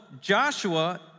Joshua